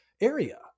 area